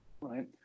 right